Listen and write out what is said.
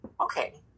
okay